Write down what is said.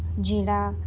ਜਿਹੜਾ